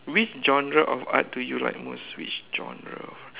which genre of art do you like most which genre of